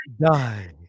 Die